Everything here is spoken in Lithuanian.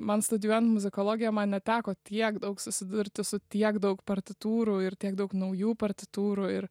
man studijuoan muzikologiją man neteko tiek daug susidurti su tiek daug partitūrų ir tiek daug naujų partitūrų ir